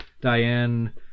Diane